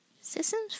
Systems